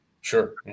Sure